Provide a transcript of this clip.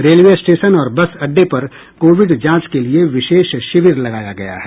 railway station और bus अड्डे पर कोविड जांच के लिए विशेष शिविर लगाया गया है